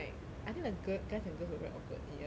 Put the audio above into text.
I think the girl guys and girls were very awkward in year three